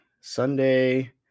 Sunday